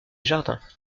jardins